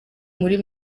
muri